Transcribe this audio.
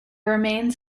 remains